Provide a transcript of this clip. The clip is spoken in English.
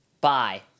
Bye